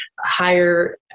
higher